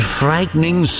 frightening